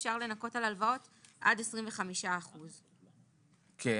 שאומרת שמהתגמול יהיה אפשר לנכות על הלוואות עד 25%. כן,